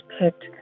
picked